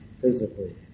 physically